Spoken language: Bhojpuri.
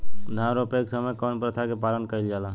धान रोपे के समय कउन प्रथा की पालन कइल जाला?